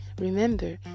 Remember